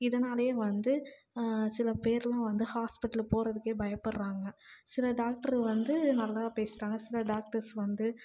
இதனாலேயே வந்து சில பேர்லாம் வந்து ஹாஸ்பிடல் போகிறதுக்கே பயப்பட்றாங்க சில டாக்டரு வந்து நல்லா பேசுகிறாங்க சில டாக்டர்ஸ் வந்து